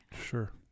Sure